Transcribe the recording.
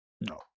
No